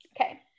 Okay